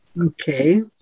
Okay